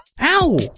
Ow